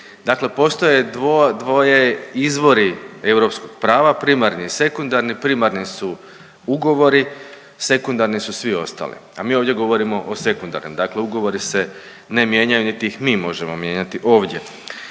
Dakle, postoje dvo… dvoje izvori europskog prava. Primarni i sekundari, primarni su ugovori, sekundari su svi ostali, a mi ovdje govorimo o sekundarnim, dakle ugovori se ne mijenjaju niti ih mi možemo mijenjati ovdje.